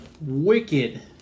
wicked